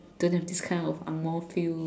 don't have this kind of angmoh feel